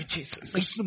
Jesus